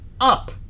up